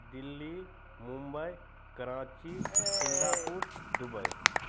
Delhi Mumbai Karachi Singapore Dubai